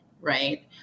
right